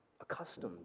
accustomed